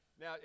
now